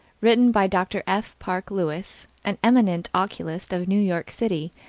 written by dr. f. park lewis, an eminent oculist of new york city,